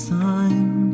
time